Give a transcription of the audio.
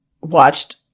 watched